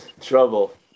trouble